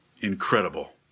Incredible